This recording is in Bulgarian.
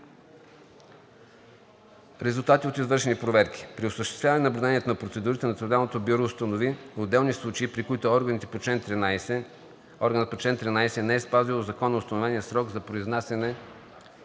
Резултати от извършени проверки. При осъществяване наблюдението на процедурите Националното бюро установи отделни случаи, при които органът по чл. 13 не е спазил законоустановения срок за произнасяне